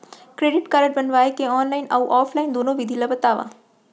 Credit card बनवाए के online अऊ ऑफलाइन दुनो विधि ला बतावव?